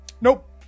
Nope